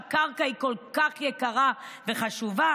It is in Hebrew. כשהקרקע כל כך יקרה וחשובה,